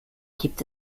gibt